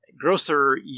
Grocer